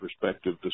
perspective